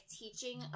teaching